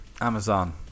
Amazon